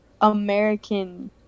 American